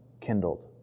kindled